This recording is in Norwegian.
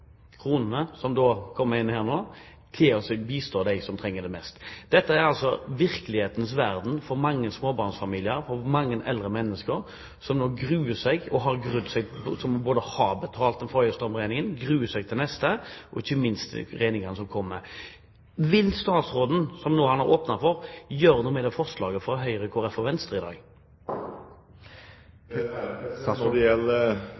kronene som kommer inn nå, til å bistå dem som trenger det mest. Dette er altså virkelighetens verden for mange småbarnsfamilier og for mange eldre mennesker som har grudd seg, og som gruer seg; folk som har betalt den forrige strømregningen, og som gruer seg til den neste regningen som kommer. Vil statsråden, som han nå har åpnet for, gjøre noe med forslaget fra Høyre, Kristelig Folkeparti og Venstre i dag? Når det gjelder